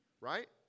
right